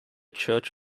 church